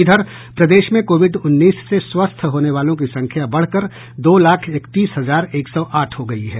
इधर प्रदेश में कोविड उन्नीस से स्वस्थ होने वालों की संख्या बढ़कर दो लाख एकतीस हजार एक सौ आठ हो गयी है